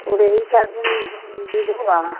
उरेही का बीज होगा